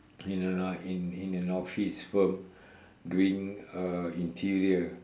in a in in an office firm doing uh interior